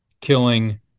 killing